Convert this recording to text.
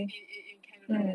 in in in canada